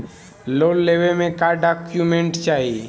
Loan लेवे मे का डॉक्यूमेंट चाही?